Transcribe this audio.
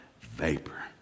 vapor